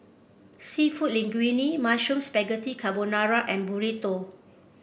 seafood Linguine Mushroom Spaghetti Carbonara and Burrito